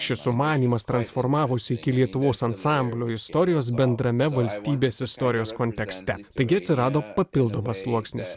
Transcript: šis sumanymas transformavosi iki lietuvos ansamblio istorijos bendrame valstybės istorijos kontekste taigi atsirado papildomas sluoksnis